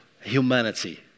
humanity